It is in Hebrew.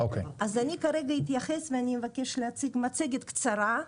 אז אני כרגע אתייחס, ואני אבקש להציג מצגת קצרה.